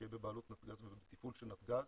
שיהיה בבעלות של נתג"ז ובתפעול של נתג"ז,